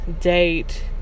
date